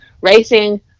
racing